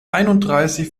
einunddreißig